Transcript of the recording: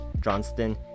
johnston